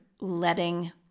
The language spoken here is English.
letting